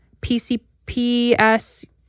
PCPS